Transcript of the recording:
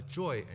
joy